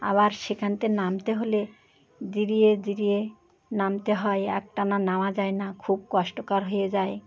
আবার সেখান থেকে নামতে হলে জিরিয়ে জিরিয়ে নামতে হয় একটানা নামা যায় না খুব কষ্টকর হয়ে যায়